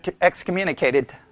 excommunicated